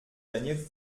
daniel